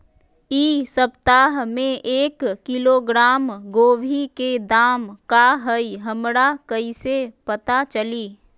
इ सप्ताह में एक किलोग्राम गोभी के दाम का हई हमरा कईसे पता चली?